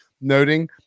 noting